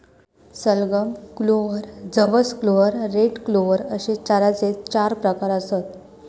सलगम, क्लोव्हर, जवस clover, red clover अश्ये चाऱ्याचे चार प्रकार आसत